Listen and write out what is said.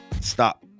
stop